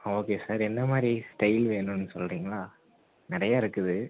ஆ okay sir எந்த மாதிரி style வேணும்னு சொல்கிறிங்கனா நிறையா இருக்குது